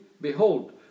behold